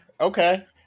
Okay